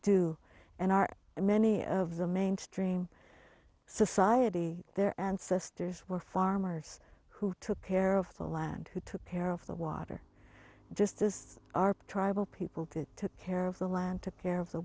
do and are many of the mainstream society their ancestors were farmers who took care of the land who took care of the water just as our tribal people did took care of the land took care of the